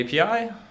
API